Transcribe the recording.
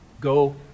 Go